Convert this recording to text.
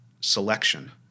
selection